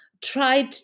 tried